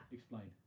Explain